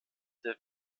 der